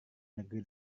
negeri